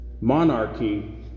Monarchy